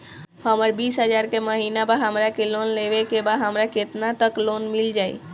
हमर बिस हजार के महिना बा हमरा के लोन लेबे के बा हमरा केतना तक लोन मिल जाई?